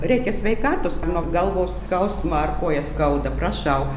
reikia sveikatos nuo galvos skausmo ar koją skauda prašau